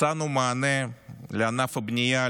מצאנו מענה לענף הבנייה,